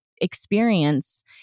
experience